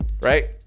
right